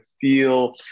feel